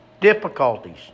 difficulties